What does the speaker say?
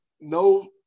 no